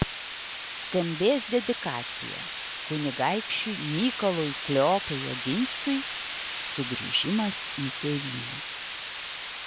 skambės dedikacija kunigaikščiui mykolui kleopui oginskiui sugrįžimas į tėvynę